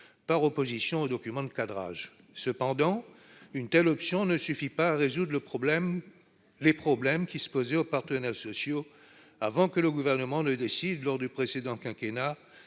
par opposition au document de cadrage cependant une telle option ne suffit pas à résoudre le problème, les problèmes qui se poser aux partenaires sociaux avant que le gouvernement ne décide lors du précédent quinquennat